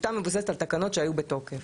הטיוטה מבוססת על תקנות שהיו בתוקף.